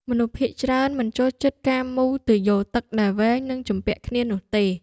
មនុស្សភាគច្រើនមិនចូលចិត្តការមូរទុយោទឹកដែលវែង និងជំពាក់គ្នានោះទេ។